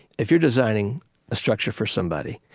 if you're designing a structure for somebody